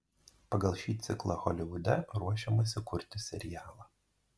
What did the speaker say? pagal šį ciklą holivude ruošiamasi kurti serialą